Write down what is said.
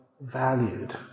valued